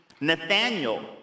Nathaniel